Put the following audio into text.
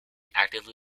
actively